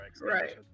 Right